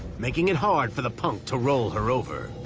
making it hard for the punk to roll her over.